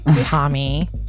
Tommy